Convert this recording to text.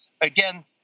again